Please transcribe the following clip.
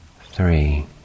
three